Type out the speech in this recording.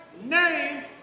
name